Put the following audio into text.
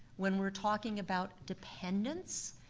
when we're talking about dependence,